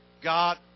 God